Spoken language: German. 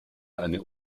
eine